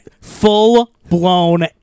Full-blown